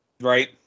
Right